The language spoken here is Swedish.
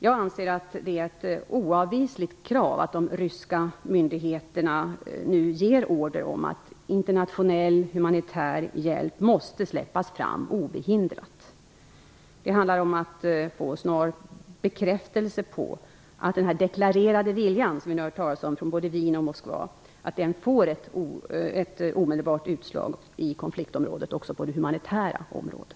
Jag anser att det är ett oavvisligt krav att de ryska myndigheterna nu ger order om att internationell humanitär hjälp måste släppas fram obehindrat. Det handlar om att få en snar bekräftelse på att den deklarerade viljan, som vi har hört talas om från både Wien och Moskva, får ett omedelbart utslag i konfliktområdet också på det humanitära området.